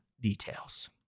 details